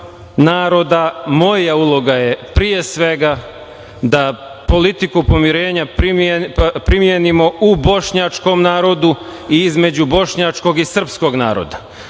naroda. Moja uloga je, pre svega, da politiku pomirenja primenimo u bošnjačkom narodu i između bošnjačkog i srpskog naroda.